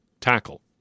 tackle